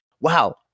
wow